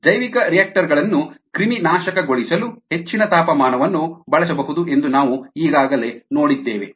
ಜೈವಿಕರಿಯಾಕ್ಟರ್ ಗಳನ್ನು ಕ್ರಿಮಿನಾಶಕಗೊಳಿಸಲು ಹೆಚ್ಚಿನ ತಾಪಮಾನವನ್ನು ಬಳಸಬಹುದು ಎಂದು ನಾವು ಈಗಾಗಲೇ ನೋಡಿದ್ದೇವೆ